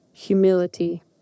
humility